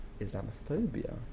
Islamophobia